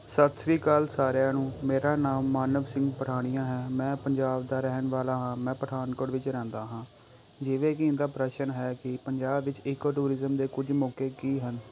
ਸਤਿ ਸ਼੍ਰੀ ਅਕਾਲ ਸਾਰਿਆਂ ਨੂੰ ਮੇਰਾ ਨਾਮ ਮਾਨਵ ਸਿੰਘ ਪਠਾਣੀਆਂ ਹੈ ਮੈਂ ਪੰਜਾਬ ਦਾ ਰਹਿਣ ਵਾਲਾ ਹਾਂ ਮੈਂ ਪਠਾਨਕੋਟ ਵਿੱਚ ਰਹਿੰਦਾ ਹਾਂ ਜਿਵੇਂ ਕਿ ਇਹਦਾ ਪ੍ਰਸ਼ਨ ਹੈ ਕਿ ਪੰਜਾਬ ਵਿੱਚ ਈਕੋ ਟੂਰਿਜ਼ਮ ਦੇ ਕੁਝ ਮੌਕੇ ਕੀ ਹਨ